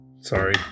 Sorry